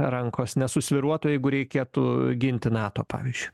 rankos nesusvyruotų jeigu reikėtų ginti nato pavyzdžiui